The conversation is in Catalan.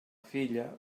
filla